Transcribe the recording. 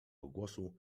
głosu